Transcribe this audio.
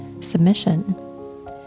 submission